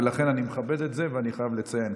ולכן אני מכבד את זה ואני חייב לציין,